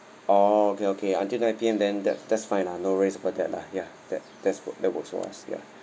oh okay okay until nine P_M then that that's fine lah no worries about that lah ya that that's work that works for us ya